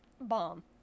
bomb